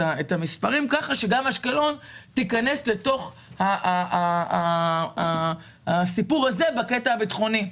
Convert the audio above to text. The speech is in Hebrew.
את המספרים כך שגם אשקלון תיכנס אל תוך הסיפור הזה בקטע הביטחוני.